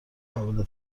قابل